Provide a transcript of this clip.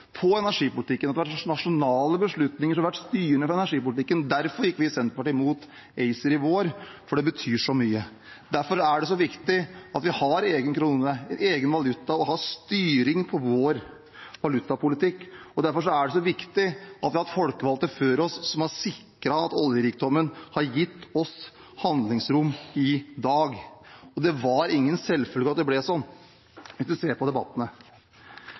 på energipolitikken, og at det har vært nasjonale beslutninger som har vært styrende for energipolitikken. Derfor gikk vi i Senterpartiet imot ACER i vår – fordi det betyr så mye. Derfor er det så viktig at vi har en egen valuta, kronen, og har styringen på vår valutapolitikk. Derfor er det så viktig at vi har hatt folkevalgte før oss som har sikret at oljerikdommen har gitt oss handlingsrom i dag. Det var ingen selvfølge at det ble sånn, hvis en ser på debattene.